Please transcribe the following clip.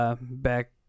back